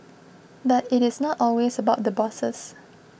but it is not always about the bosses